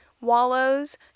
Wallows